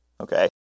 Okay